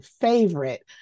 favorite